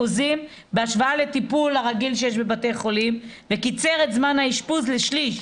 בהשוואה לטיפול הרגיל שיש בבתי חולים וקיצר את זמן האשפוז ל-1/3,